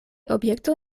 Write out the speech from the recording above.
objekto